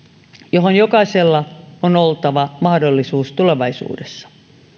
johon jokaisella on oltava mahdollisuus tulevaisuudessa